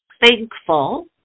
thankful